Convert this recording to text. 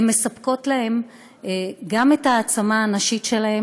היא מספקת להן גם את ההעצמה הנשית שלהן,